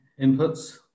inputs